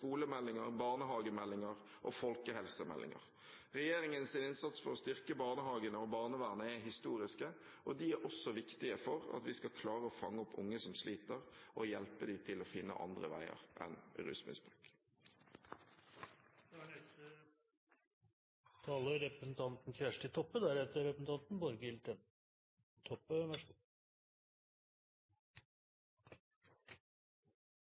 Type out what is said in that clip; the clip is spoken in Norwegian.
skolemeldinger, barnehagemeldinger og folkehelsemeldinger. Regjeringens innsats for å styrke barnehagene og barnevernet er historisk, og den er også viktig for at vi skal klare å fange opp unge som sliter, og hjelpe dem til å finne andre veier enn rusmisbruk. Meld. St. 30 for 2011–2012 Se meg! er ein god